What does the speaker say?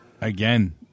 Again